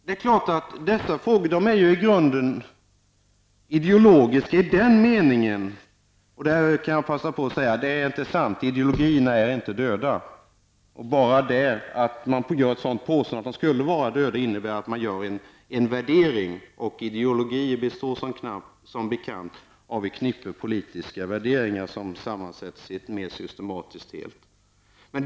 Det är inte sant att ideologierna är döda. Att göra ett sådant påstående innebär att man gör en värdering. Som bekant består ideologier av ett knippe politiska värderingar som sammanställts till en mer systematisk helhet.